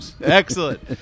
Excellent